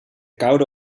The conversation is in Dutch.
koude